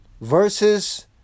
Verses